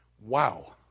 wow